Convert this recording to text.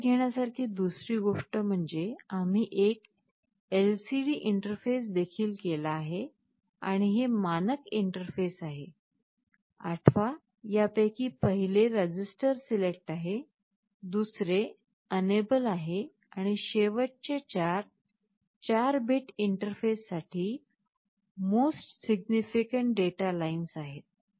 लक्षात घेण्यासारखी दुसरी गोष्ट म्हणजे आम्ही एक एलसीडी इंटरफेस देखील केला आहे आणि हे मानक इंटरफेस आहेत आठवा यापैकी पहिले रजिस्टर सिलेक्ट आहे दुसरे अनएबल आहे आणि शेवटचे चार 4 बिट इंटरफेससाठी मोस्ट सिग्निफिकन्ट डेटा लाइन आहेत